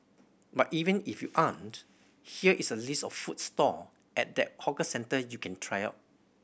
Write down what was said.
but even if you aren't here is a list of food stall at that hawker centre you can try out